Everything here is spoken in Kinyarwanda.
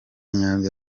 nyanza